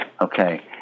Okay